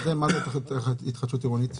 מה זה תוכנית התחדשות עירונית?